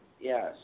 Yes